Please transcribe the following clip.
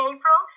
April